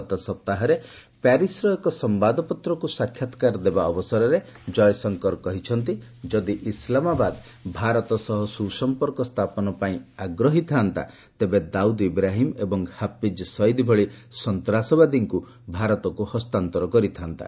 ଗତ ସପ୍ତାହରେ ପ୍ୟାରିସର ଏକ ସମ୍ବାଦପତ୍ରକୁ ସାକ୍ଷାତକାର ଦେବା ଅବସରରେ ଜୟଶଙ୍କର କହିଛନ୍ତି ଯଦି ଇସଲାମାବାଦ ଭାରତ ସହ ସୁସଫପର୍କ ସ୍ଥାପନ ପାଇଁ ଆଗ୍ରହୀ ଥାଆନ୍ତା ତେବେ ଦାଉଦ୍ ଇବ୍ରାହିମ୍ ଏବଂ ହାଫିଜ୍ ସଇଦି ଭଳି ସନ୍ତାସବାଦୀଙ୍କୁ ଭାରତକୁ ହସ୍ତାନ୍ତର କରିଥାଆନ୍ତା